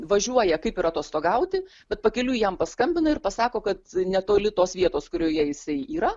važiuoja kaip ir atostogauti bet pakeliui jam paskambina ir pasako kad netoli tos vietos kurioje jisai yra